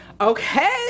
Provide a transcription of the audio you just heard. Okay